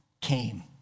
came